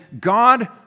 God